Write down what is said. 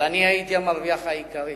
אבל אני הייתי המרוויח העיקרי,